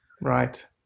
Right